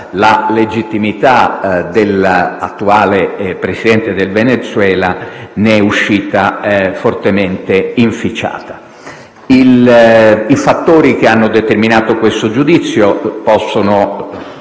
la legittimità dell'attuale Presidente del Venezuela ne è uscita fortemente inficiata. I fattori che hanno determinato questo giudizio possono